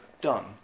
done